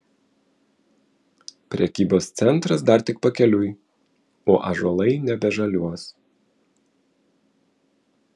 prekybos centras dar tik pakeliui o ąžuolai nebežaliuos